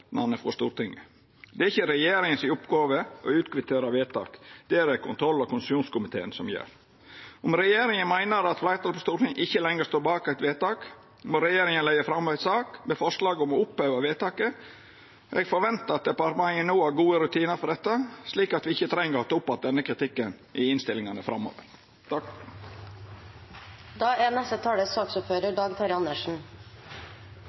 frå Stortinget. Det er ikkje regjeringa si oppgåve å utkvittera vedtak. Det er det kontroll- og konstitusjonskomiteen som gjer. Om regjeringa meiner at fleirtalet på Stortinget ikkje lenger står bak eit vedtak, må regjeringa leggja fram ei sak med forslag om å oppheva vedtaket. Eg forventar at departementa no har gode rutinar for dette, slik at me ikkje treng å ta opp att denne kritikken i innstillingane framover. Det er